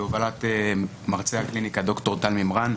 בהובלת מרצה הקליניקה, ד"ר טל מימרן,